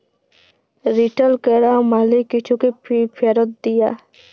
return ক্যরা মালে কিছুকে ফিরত দিয়া